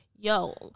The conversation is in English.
Yo